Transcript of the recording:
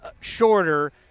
shorter